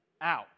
out